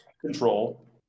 control